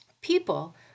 People